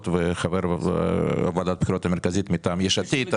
וחבר בוועדת הבחירות המרכזית מטעם יש עתיד.